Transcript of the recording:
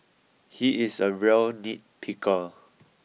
he is a real nitpicker